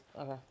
Okay